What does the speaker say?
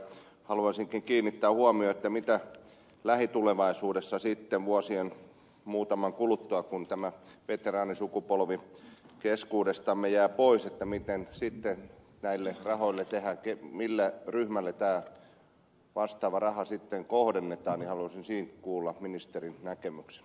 haluaisinkin kiinnittää huomiota siihen mitä lähitulevaisuudessa sitten muutamien vuosien kuluttua kun tämä veteraanisukupolvi keskuudestamme jää pois mitä sitten näille rahoille tehdään mille ryhmälle tämä vastaava raha sitten kohdennetaan ja haluaisin siitä kuulla ministerin näkemyksen